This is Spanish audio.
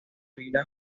pila